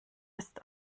ist